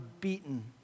beaten